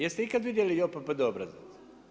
Jeste ikad vidjeli JOPPD obrazac?